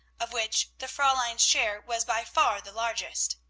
of which the fraulein's share was by far the largest.